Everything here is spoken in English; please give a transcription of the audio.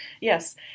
Yes